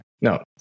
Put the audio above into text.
no